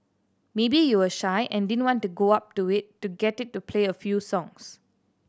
maybe you were shy and didn't want to go up to it to get it to play a few songs